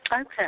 Okay